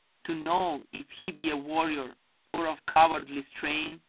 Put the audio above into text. to know if he be a warrior or of cowardly strain?